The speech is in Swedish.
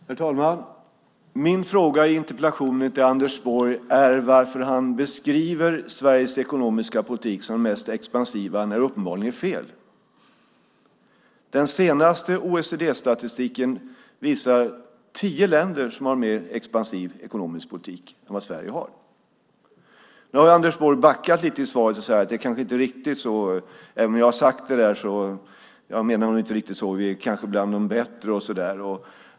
Herr talman! Min fråga i interpellationen till Anders Borg är varför han beskriver Sveriges ekonomiska politik som den mest expansiva när det uppenbarligen är fel. Den senaste OECD-statistiken visar tio länder som har mer expansiv ekonomisk politik än vad Sverige har. Nu har Anders Borg backat lite i svaret och säger att det kanske inte är riktigt så. Även om jag har sagt det där så menar jag nog inte riktigt så. Vi kanske är bland de bättre och så vidare.